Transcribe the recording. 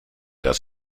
das